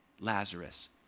lazarus